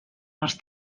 els